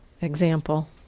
example